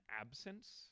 absence